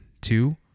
two